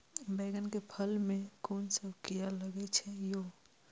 बैंगन के फल में कुन सब कीरा लगै छै यो?